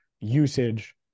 usage